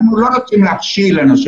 אנחנו לא רוצים להכשיל אנשים.